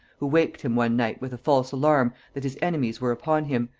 who waked him one night with a false alarm that his enemies were upon him,